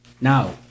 Now